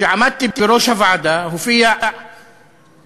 כשעמדתי בראש הוועדה הופיע מולנו,